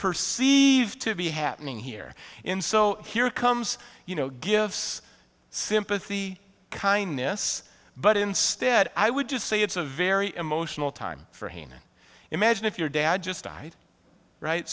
perceived to be happening here in so here comes you know gives sympathy kindness but instead i would just say it's a very emotional time for hannah imagine if your dad just died right